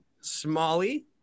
Smalley